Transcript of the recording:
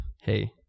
hey